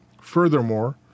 Furthermore